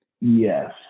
Yes